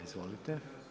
Izvolite.